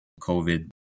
COVID